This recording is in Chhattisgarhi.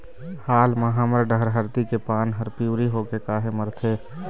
हाल मा हमर डहर हरदी के पान हर पिवरी होके काहे मरथे?